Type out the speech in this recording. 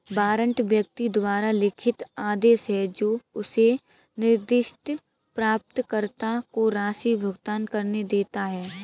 warrant व्यक्ति द्वारा लिखित आदेश है जो उसे निर्दिष्ट प्राप्तकर्ता को राशि भुगतान करने देता है